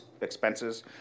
expenses